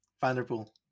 Vanderpool